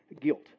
guilt